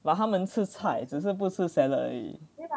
but 她们吃菜只是不吃 salad 而已